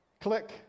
click